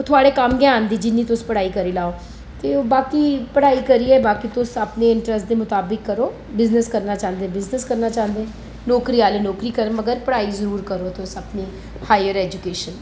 ओह् थुआढ़े कम्म गै आंदी जिन्नी तुस पढ़ाई करी लेऔ ते ओह् बाकी पढ़ाई करियै बाकी तुस अपने इंटरेस्ट दे मुताबिक करो बिजनस करना चांह्दे ते बिजनस करना चांह्दे नौकरी आह्ले नौकरी करो मगर पढ़ाई जरूर करो तुस अपनी हायर ऐजुकेशन